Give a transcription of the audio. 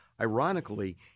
ironically